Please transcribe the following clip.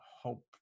hope